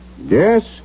Yes